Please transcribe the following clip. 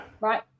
Right